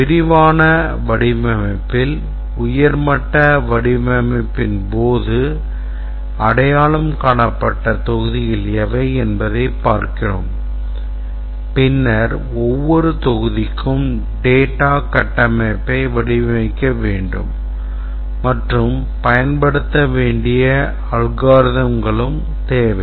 விரிவான வடிவமைப்பில் உயர் மட்ட வடிவமைப்பின் போது அடையாளம் காணப்பட்ட தொகுதிகள் எவை என்பதைப் பார்க்கிறோம் பின்னர் ஒவ்வொரு தொகுதிக்கும் data கட்டமைப்பை வடிவமைக்க வேண்டும் மற்றும் பயன்படுத்த வேண்டிய algorithmகளும் தேவை